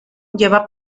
lleva